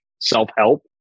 self-help